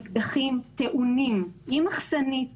אקדחים טעונים עם מחסנית